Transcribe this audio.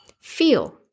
feel